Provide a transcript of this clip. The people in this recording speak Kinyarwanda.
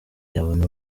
yabona